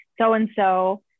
so-and-so